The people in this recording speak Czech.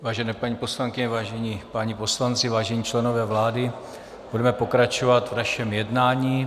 Vážené paní poslankyně, vážení páni poslanci, vážení členové vlády, budeme pokračovat v našem jednání.